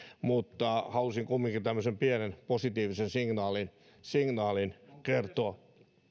mutta halusin kumminkin tämmöisen pienen positiivisen signaalin signaalin kertoa